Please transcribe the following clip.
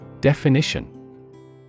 Definition